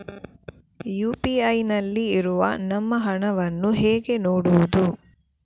UPI ನಲ್ಲಿ ಇರುವ ನಮ್ಮ ಹಣವನ್ನು ಹೇಗೆ ನೋಡುವುದು?